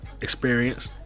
experience